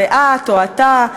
ואת או אתה.